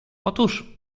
otóż